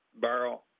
barrel